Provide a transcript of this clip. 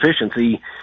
efficiency